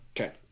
Okay